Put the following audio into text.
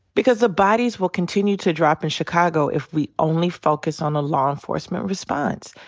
because the bodies will continue to drop in chicago if we only focus on a law enforcement response.